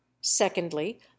secondly